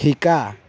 শিকা